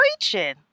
preaching